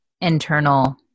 internal